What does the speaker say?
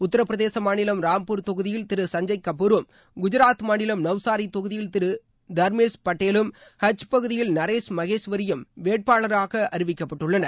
உத்தரப்பிரதேச மாநிலம் ராம்பூர் தொகுதியில் திரு சஞ்சய் கபூரும் குஜாத் மாநிலம் நல்சாரி தொகுதியில் திரு தர்மேஷ் பட்டேலும் கட்ச் பகுதியில் நரேஷ் மகேஷ்வரியும் வேட்பாளர்களாக அறிவிக்கப்பட்டுள்ளனர்